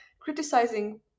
criticizing